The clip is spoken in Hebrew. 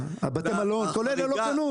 הקורונה,